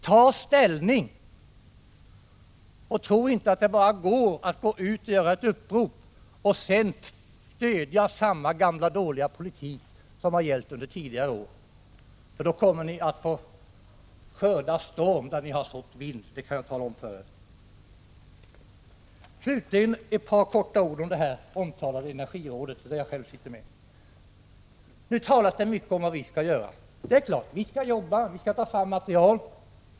Ta ställning och tro inte att det räcker med att gå ut med ett upprop för att sedan stödja samma gamla dåliga politik som har gällt under tidigare år! Ni kommer då att få skörda storm där ni har sått vind — det kan jag tala om för er. Slutligen några få ord om det omtalade Energirådet, där jag själv är med. Det talas nu mycket om vad vi skall göra. Visst skall vi jobba med att ta fram material.